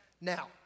Now